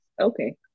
Okay